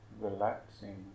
relaxing